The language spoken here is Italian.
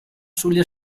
sulle